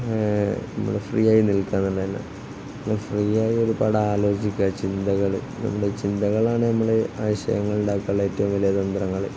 നമ്മള് ഫ്രീയായി നില്ക്കണമെന്നുതന്നെ നമ്മള് ഫ്രീയായി ഒരുപാട് ആലോചിക്കുക ചിന്തകള് നമ്മുടെ ചിന്തകളാണ് നമ്മുടെ ആശയങ്ങളുണ്ടാക്കാനുള്ള ഏറ്റവും വലിയ തന്ത്രങ്ങള്